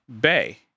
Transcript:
Bay